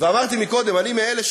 ואמרתי קודם: אני גם מאלה,